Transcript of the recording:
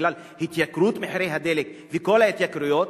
בגלל התייקרות מחירי הדלק וכל ההתייקרויות,